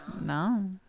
No